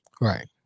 Right